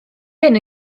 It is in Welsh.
hyn